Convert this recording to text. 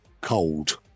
cold